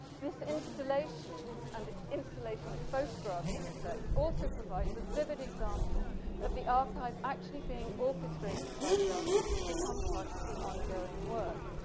this installation and installation of photographs in effect also provides a vivid example of the archive actually being orchestrated by the artist to become part of the ongoing work.